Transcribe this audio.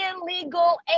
illegal